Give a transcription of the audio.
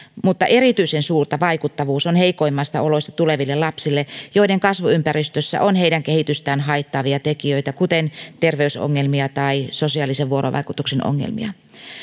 mutta erityisen suurta vaikuttavuus on heikoimmista oloista tuleville lapsille joiden kasvuympäristössä on heidän kehitystään haittaavia tekijöitä kuten terveysongelmia tai sosiaalisen vuorovaikutuksen ongelmia